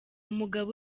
mugabo